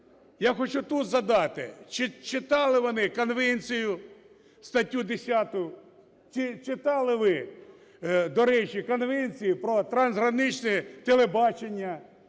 Я хочу тут задати. Чи читали вони конвенцію, статтю 10? Чи читали ви, до речі, Конвенцію про трансграничне телебачення,